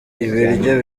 ibiryo